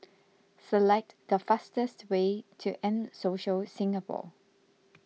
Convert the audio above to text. select the fastest way to M Social Singapore